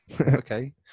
okay